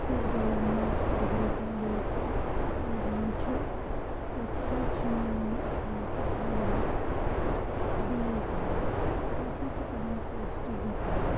یُس حظ government degree college Kulgam چھِ تَتہِ حظ چھُ میون لَکُٹ بوے بی اے کَران سُہ ہَسا چھُ کَران کٲشرِ زبٲنۍ منٛز